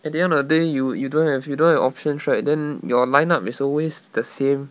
at the end of the day you you don't have you don't have options right then your line up is always the same